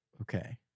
okay